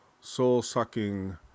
soul-sucking